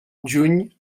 juny